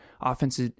offense